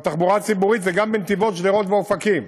אבל תחבורה ציבורית זה גם בנתיבות, שדרות ואופקים,